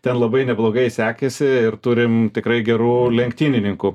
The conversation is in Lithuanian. ten labai neblogai sekėsi ir turim tikrai gerų lenktynininkų